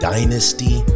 Dynasty